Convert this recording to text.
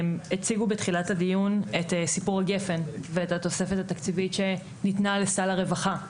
הציגו בתחילת הדיון את סיפור גפן והתוספת התקציבית שניתנה לסל הרווחה.